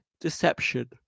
deception